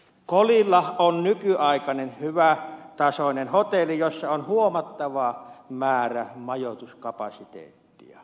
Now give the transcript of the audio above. kolilla on nykyaikainen hyvätasoinen hotelli jossa on huomattava määrä majoituskapasiteettia